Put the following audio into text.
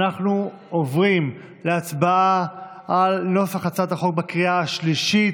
אנחנו עוברים להצבעה על הצעת החוק בקריאה השלישית.